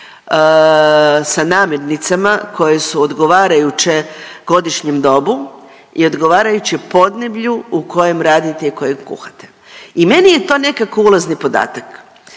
sa namirnicama koje su odgovarajuće godišnjem dobu i odgovarajuće podneblju u kojem radite i kojem kuhate i meni je to nekako ulazni podatak.